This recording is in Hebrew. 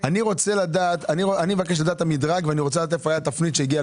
ורוצה לדעת איפה הייתה התפנית של